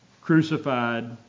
crucified